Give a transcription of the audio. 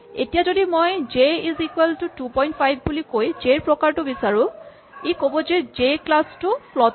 এতিয়া যদি মই জে ইজ ইকুৱেল টু ২৫ বুলি কৈ জে ৰ প্ৰকাৰটো বিচাৰো ই ক'ব যে জে ক্লাচ ফ্লট ৰ